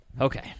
Okay